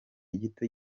gito